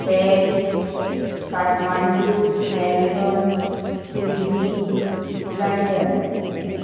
Paris Kathmandu Melbourne Sydney London